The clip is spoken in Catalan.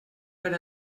per